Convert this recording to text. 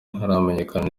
ntiharamenyekana